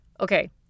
Okay